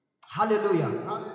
Hallelujah